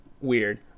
weird